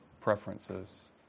preferences